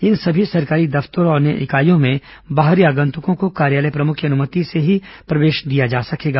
इन सभी सरकारी दफ्तरों और अन्य इकाइयों में बाहरी आगंतुकों को कार्यालय प्रमुख की अनुमति से ही प्रवेश दिया जा सकेगा